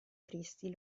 tristi